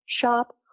shop